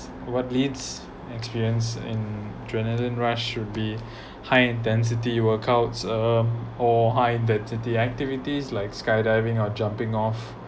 what leads experience in adrenaline rush would be high in density workouts um or high density activities like skydiving or jumping off